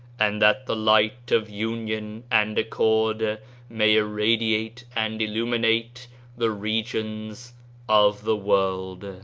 and that the light of union and accord may irradiate and illuminate the regions of the world.